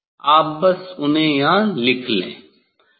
आप बस उन्हें यहाँ लिख लें